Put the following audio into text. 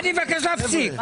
אני מבקש להפסיק.